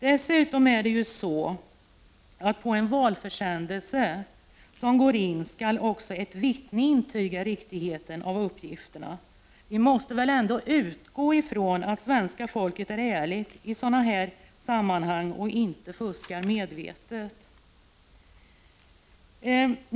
Dessutom är det ju så att på en valförsändelse som går in skall också ett vittne intyga riktigheten av uppgifterna. Vi måste väl ändå utgå ifrån att svenska folket är ärligt i sådana här sammanhang och inte fuskar medvetet.